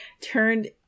turned